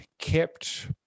kept